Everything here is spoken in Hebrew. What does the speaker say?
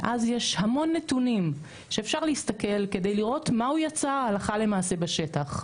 מאז יש המון נתונים שאפשר להסתכל כדי לראות מה הוא יצר הלכה למעשה בשטח.